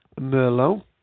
Merlot